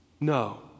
No